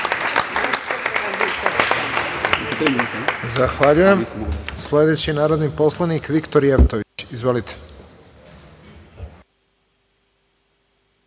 Zahvaljujem. Sledeći je narodni poslanik Viktor Jevtović. Izvolite.